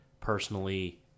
personally